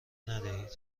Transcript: ندهید